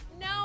no